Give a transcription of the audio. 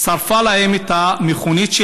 שרפה להם את המכונית,